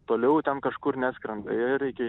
toliau ten kažkur neskrenda ir iki